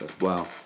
Wow